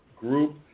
group